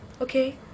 okay